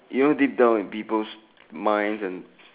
you know deep down in people's minds and